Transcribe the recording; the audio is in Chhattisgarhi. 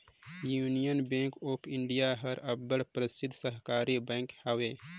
यूनियन बेंक ऑफ इंडिया हर अब्बड़ परसिद्ध सहकारी बेंक हवे